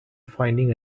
finding